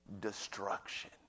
destruction